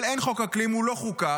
אבל אין חוק אקלים, הוא לא חוקק.